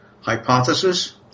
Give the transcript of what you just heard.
Hypothesis